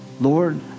Lord